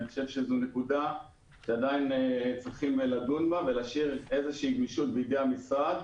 אני חושב שזו נקודה שעדיין צריך לדון בה ולהשאיר איזו גמישות בידי המשרד